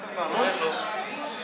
אני ויתרתי כדי שתדבר גם בשמנו.